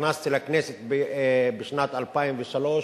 כשנכנסתי לכנסת בשנת 2003,